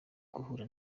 guhura